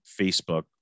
Facebook